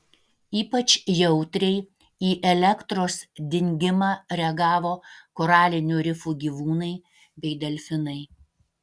ypač jautriai į elektros dingimą reagavo koralinių rifų gyvūnai bei delfinai